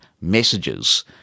messages